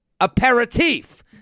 aperitif